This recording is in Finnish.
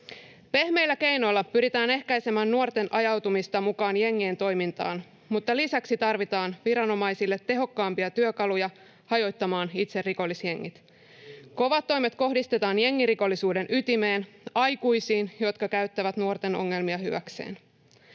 Pehmeillä keinoilla pyritään ehkäisemään nuorten ajautumista mukaan jengien toimintaan, mutta lisäksi tarvitaan viranomaisille tehokkaampia työkaluja hajottamaan itse rikollisjengit. Kovat toimet kohdistetaan jengirikollisuuden ytimeen, aikuisiin, jotka käyttävät nuorten ongelmia hyväkseen.